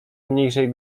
mniejszej